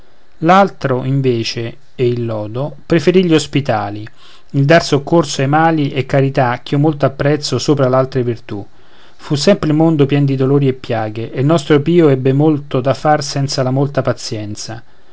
il lodo preferì gli ospitali il dar soccorso ai mali è carità ch'io molto apprezzo sopra l'altre virtù fu sempre il mondo pien di dolori e piaghe e il nostro pio ebbe molto da far senza la molta pazienza